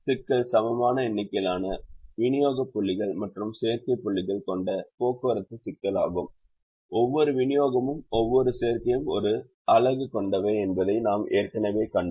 சிக்கல் சமமான எண்ணிக்கையிலான விநியோக புள்ளிகள் மற்றும் கோரிக்கை புள்ளிகளைக் கொண்ட போக்குவரத்து சிக்கலாகும் ஒவ்வொரு விநியோகமும் ஒவ்வொரு கோரிக்கையும் ஒரு அலகு கொண்டவை என்பதை நாம் ஏற்கனவே கண்டோம்